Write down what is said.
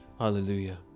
Hallelujah